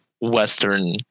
western